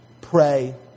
pray